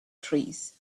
trees